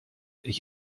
ich